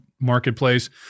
marketplace